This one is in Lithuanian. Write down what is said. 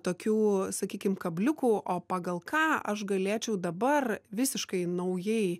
tokių sakykim kabliukų o pagal ką aš galėčiau dabar visiškai naujai